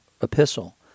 epistle